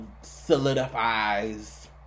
solidifies